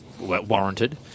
warranted